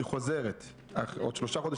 היא חוזרת בעוד שלושה חודשים,